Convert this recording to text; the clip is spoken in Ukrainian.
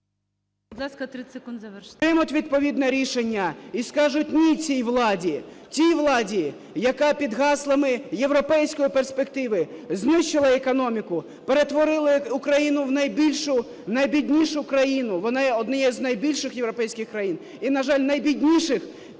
Вона є однією з найбільших європейських країн і, на жаль, найбідніших,